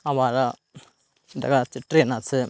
আবার জায়গা আছে ট্রেন আছে